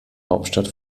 hauptstadt